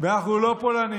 ואנחנו לא פולנים